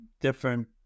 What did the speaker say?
different